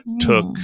took